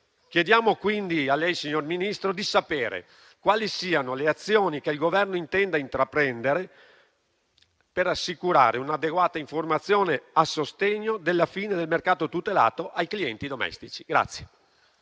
Chiediamo quindi a lei, signor Ministro, di sapere quali siano le azioni che il Governo intende intraprendere per assicurare un'adeguata informazione a sostegno della fine del mercato tutelato ai clienti domestici.